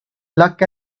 luck